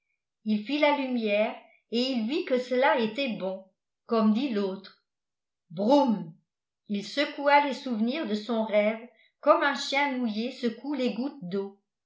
il fit la lumière et il vit que cela était bon comme dit l'autre brroum il secoua les souvenirs de son rêve comme un chien mouillé secoue les gouttes d'eau